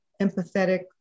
empathetic